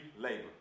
labor